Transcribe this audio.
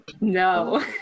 No